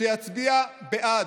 שיצביע בעד.